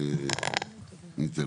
ניתן.